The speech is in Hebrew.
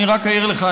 אני רק אעיר לך.